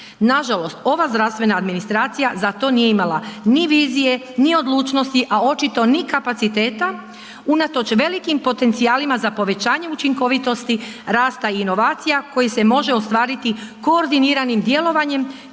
Nažalost ova zdravstvena administracija za to nije imala ni vizije ni odlučnosti a očito ni kapaciteta unatoč velikim potencijalima za povećanjem učinkovitosti, rasta i inovacija koji se može ostvariti koordiniranim djelovanjem